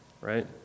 right